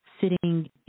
sitting